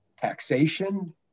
taxation